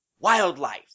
wildlife